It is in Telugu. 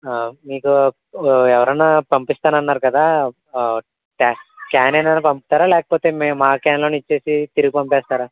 మీకు ఎవరన్న పంపిస్తాను అన్నారు కదా క్యాన్ ఏమైన పంపుతారా లేకపోతే మే మా క్యాన్లో ఇచ్చి తిరిగి పంపిస్తారా